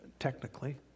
technically